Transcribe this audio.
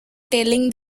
telling